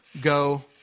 go